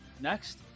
next